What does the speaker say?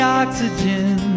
oxygen